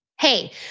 Hey